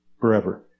Forever